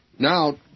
Now